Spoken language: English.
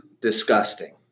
disgusting